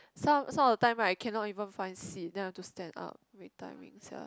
some some of the time right I cannot even find seat then I have to stand up great timing sia